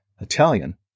Italian